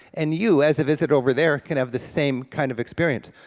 and you as a visitor over there, can have the same kind of experience.